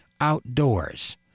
outdoors